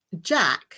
Jack